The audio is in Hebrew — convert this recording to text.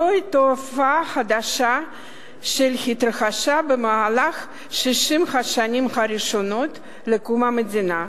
זוהי תופעה חדשה שלא התרחשה במהלך 60 השנים הראשונות לקום המדינה.